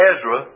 Ezra